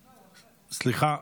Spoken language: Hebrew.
סליחה.